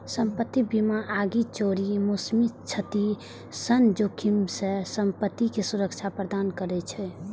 संपत्ति बीमा आगि, चोरी, मौसमी क्षति सन जोखिम सं संपत्ति कें सुरक्षा प्रदान करै छै